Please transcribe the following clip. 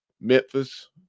Memphis